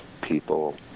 people